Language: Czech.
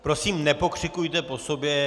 Prosím nepokřikujte po sobě!